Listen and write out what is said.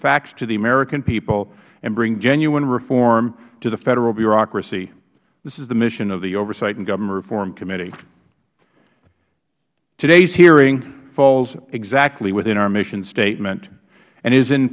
facts to the american people and bring genuine reform to the federal bureaucracy this is the mission of the oversight and government reform committee today's hearing falls exactly within our mission statement and is in